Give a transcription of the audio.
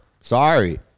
Sorry